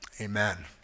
amen